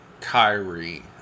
Kyrie